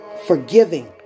forgiving